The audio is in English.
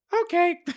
okay